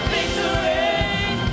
Victory